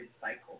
cycle